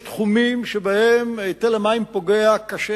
תחומים שבהם היטל המים פוגע קשה,